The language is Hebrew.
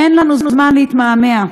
אין לנו זמן להתמהמה,